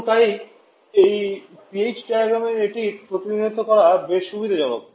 এবং তাই এই পিএইচ ডায়াগ্রামে এটির প্রতিনিধিত্ব করা বেশ সুবিধাজনক